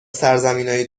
سرزمینای